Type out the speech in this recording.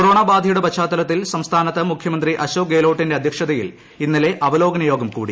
corona ബാധയുടെ പശ്ചാത്തലത്തിൽ സംസ്ഥാനത്ത് മുഖ്യമന്ത്രി അശോക് ഗെഹ്ലോട്ടിന്റെ അധ്യക്ഷതയിൽ ഇന്നലെ അവലോകന യോഗം കൂടി